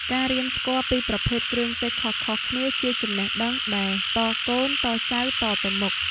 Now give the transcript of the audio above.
ការរៀនស្គាល់ពីប្រភេទគ្រឿងទេសខុសៗគ្នាជាចំណេះដឹងដែលតកូនតចៅតទៅមុខ។